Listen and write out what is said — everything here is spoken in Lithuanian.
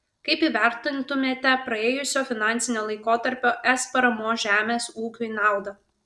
kaip įvertintumėte praėjusio finansinio laikotarpio es paramos žemės ūkiui naudą